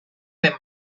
den